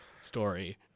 story